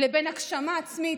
הגשמה עצמית,